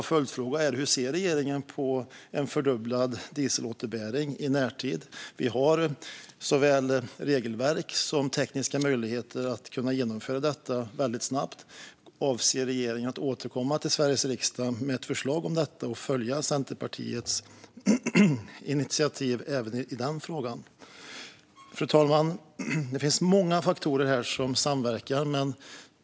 Hur ser regeringen på en fördubblad dieselåterbäring i närtid? Vi har såväl regelverk som tekniska möjligheter att genomföra detta väldigt snabbt. Avser regeringen att återkomma till Sveriges riksdag med ett förslag om detta och följa Centerpartiets initiativ även i den frågan? Fru talman! Det finns många faktorer här som samverkar.